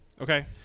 Okay